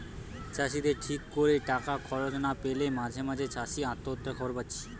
চাষিদের ঠিক কোরে টাকা খরচ না পেলে মাঝে মাঝে চাষি আত্মহত্যার খবর পাচ্ছি